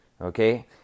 Okay